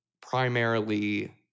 primarily